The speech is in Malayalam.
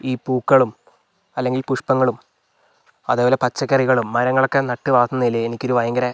ഈ പൂക്കളും അല്ലെങ്കിൽ പുഷ്പ്പങ്ങളും അതേപോലെ പച്ചക്കറികളും മരങ്ങളൊക്കെ നട്ടു വളർത്തുന്നതില് എനിക്കൊരു ഭയങ്കര